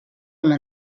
una